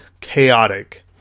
chaotic